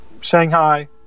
Shanghai